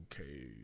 okay